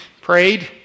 prayed